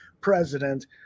president